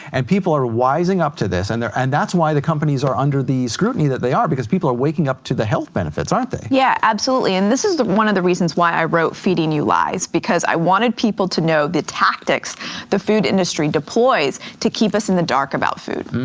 and people are wising up to this, and and that's why the companies are under the scrutiny that they are, because people are waking up to the health benefits, aren't they? yeah, absolutely. and this is one of the reasons why i wrote feeding you lies, because i wanted people to know the tactics the food industry deploys to keep us in the dark about food.